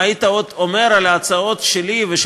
אם היית עוד אומר על ההצעות שלי ושל